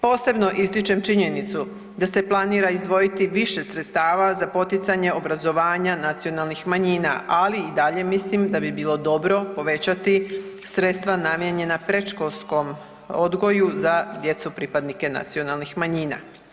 Posebno ističem činjenicu da se planira izdvojiti više sredstava za poticanje obrazovanja nacionalnih manjina, ali i dalje mislim da bi bilo dobro povećati sredstva namijenjena predškolskom odgoju za djecu pripadnike nacionalnih manjina.